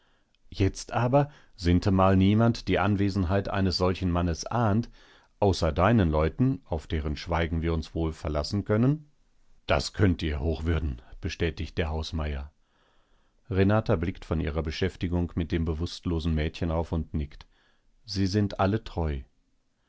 jetzt aber sintemal niemand die anwesenheit eines solchen mannes ahnt außer deinen leuten auf deren schweigen wir uns wohl verlassen können das könnt ihr hochwürden bestätigt der hausmeier renata blickt von ihrer beschäftigung mit dem bewußtlosen mädchen auf und nickt sie sind alle treu